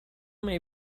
may